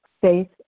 faith